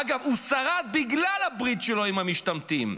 אגב, הוא שרד בגלל הברית שלו עם המשתמטים.